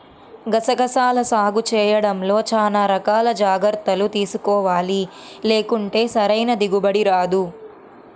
గసగసాల సాగు చేయడంలో చానా రకాల జాగర్తలు తీసుకోవాలి, లేకుంటే సరైన దిగుబడి రాదు